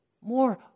more